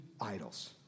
idols